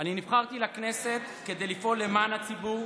אני נבחרתי לכנסת כדי לפעול למען הציבור.